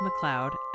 McLeod